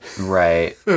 Right